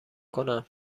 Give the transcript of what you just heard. کنم